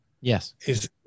Yes